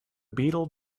beetle